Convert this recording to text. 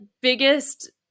biggest